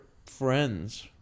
Friends